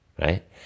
Right